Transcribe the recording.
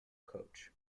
coach